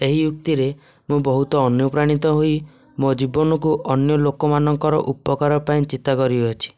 ଏହି ଉକ୍ତିରେ ମୁଁ ବହୁତ ଅନୁପ୍ରାଣିତ ହୋଇ ମୋ' ଜୀବନକୁ ଅନ୍ୟ ଲୋକମାନଙ୍କର ଉପକାର ପାଇଁ ଚିନ୍ତା କରିଅଛି